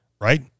Right